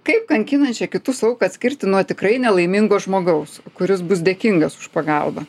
kaip kankinančiai kitus auką atskirti nuo tikrai nelaimingo žmogaus kuris bus dėkingas už pagalbą